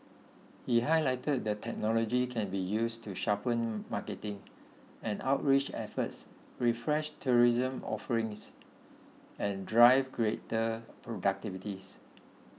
he highlighted that technology can be used to sharpen marketing and outreach efforts refresh tourism offerings and drive greater productivities